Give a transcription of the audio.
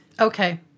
Okay